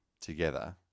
together